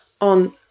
on